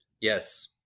Yes